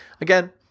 again